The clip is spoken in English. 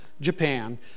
Japan